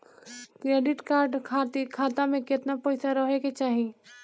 Credit card खातिर खाता में केतना पइसा रहे के चाही?